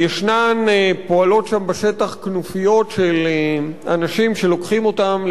פועלות שם בשטח כנופיות של אנשים שלוקחים אותם,